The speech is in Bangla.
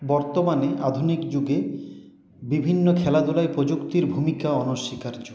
বর্তমানে আধুনিক যুগে বিভিন্ন খেলাধুলায় প্রযুক্তির ভূমিকা অনস্বীকার্য